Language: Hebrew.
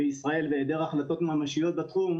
בין ועדת כספים,